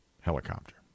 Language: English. helicopter